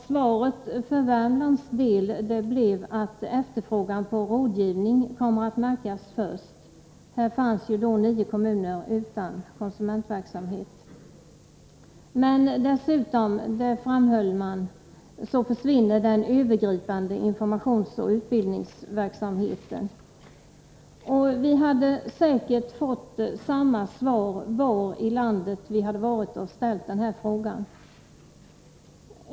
Svaret för Värmlands del blev att efterfrågan på rådgivning kommer att märkas först. Här fanns nio kommuner utan konsumentverksamhet. Dessutom framhöll man att den övergripande informationsoch utbildningsverksamheten försvinner. Vi hade säkert fått samma svar var än i landet vi hade ställt frågan.